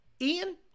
Ian